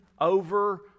over